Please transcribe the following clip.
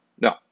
no